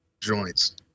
joints